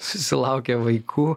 susilaukė vaikų